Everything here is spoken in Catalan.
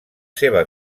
seva